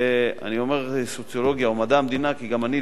אני אומר סוציולוגיה או מדעי המדינה כי גם אני,